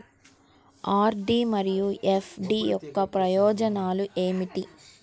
RD మరియు FD యొక్క ప్రయోజనాలు ఏమిటి?